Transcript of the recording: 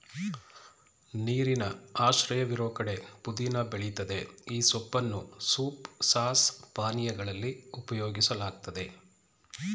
ನೀರಿನ ಆಶ್ರಯವಿರೋ ಕಡೆ ಪುದೀನ ಬೆಳಿತದೆ ಈ ಸೊಪ್ಪನ್ನು ಸೂಪ್ ಸಾಸ್ ಪಾನೀಯಗಳಲ್ಲಿ ಉಪಯೋಗಿಸಲಾಗ್ತದೆ